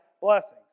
blessings